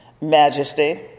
majesty